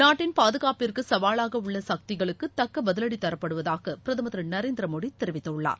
நாட்டின் பாதுகாப்பிற்கு சகவாலாக உள்ள சக்திகளுக்கு தக்க பதிவடி தரப்படுவதாக பிரதமர் திரு நரேந்திர மோடி தெரிவித்துள்ளார்